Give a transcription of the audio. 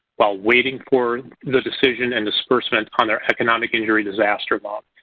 while waiting for the decision and disbursement on their economic injury disaster loan.